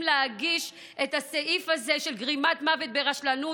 להגיש את הסעיף הזה של גרימת מוות ברשלנות,